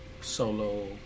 solo